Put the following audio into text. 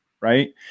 right